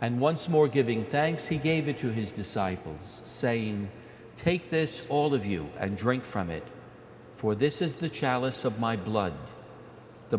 and once more giving thanks he gave it to his disciples saying take this all of you and drink from it for this is the chalice of my blood the